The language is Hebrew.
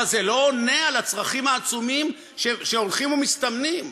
אבל זה לא עונה על הצרכים העצומים שהולכים ומסתמנים.